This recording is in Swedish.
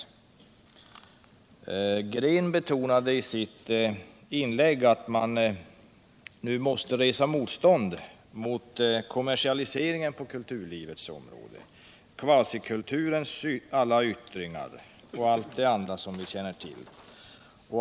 Åke Green betonade i sitt inlägg att man nu måste resa motstånd mot kommersialiseringen på kulturområdet, kvasikulturens alla yttringar och allt det andra som vi känner till.